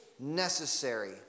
Necessary